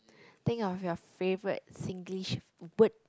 think of your favourite Singlish word